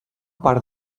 part